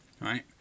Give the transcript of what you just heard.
right